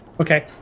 Okay